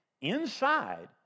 inside